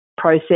process